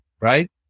right